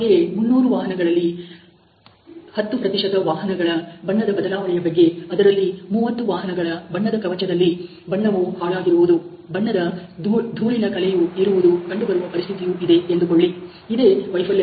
ಹಾಗೆಯೇ 300 ವಾಹನಗಳಲ್ಲಿ 10 ವಾಹನಗಳ ಬಣ್ಣದ ಬದಲಾವಣೆಯ ಬಗ್ಗೆ ಅದರಲ್ಲಿ 30 ವಾಹನಗಳ ಬಣ್ಣದ ಕವಚದಲ್ಲಿ ಬಣ್ಣವು ಹಾಳಾಗಿರುವುದು ಬಣ್ಣದ ಧೂಳಿನ ಕಲೆಯು ಇರುವುದು ಕಂಡುಬರುವ ಪರಿಸ್ಥಿತಿಯು ಇದೆ ಎಂದುಕೊಳ್ಳಿ ಇದೇ ವೈಫಲ್ಯತೆ